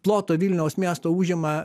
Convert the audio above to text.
ploto vilniaus miesto užima